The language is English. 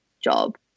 job